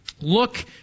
Look